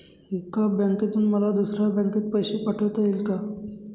एका बँकेतून मला दुसऱ्या बँकेत पैसे पाठवता येतील का?